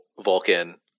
Vulcan